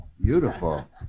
Beautiful